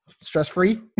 stress-free